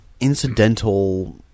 incidental